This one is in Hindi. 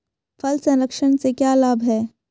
फल संरक्षण से क्या लाभ है?